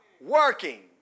working